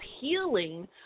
healing